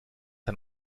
ein